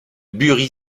bury